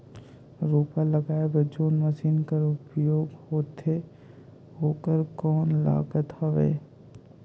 रोपा लगाय बर जोन मशीन कर उपयोग होथे ओकर कौन लागत हवय?